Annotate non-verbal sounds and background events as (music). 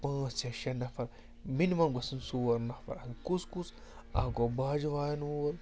پانٛژھ یا شےٚ نَفر مِنِمَم گَژھن ژور نَفَر (unintelligible) کُس کُس اَکھ گوٚو باجہٕ وایَن وول